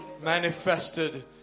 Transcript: manifested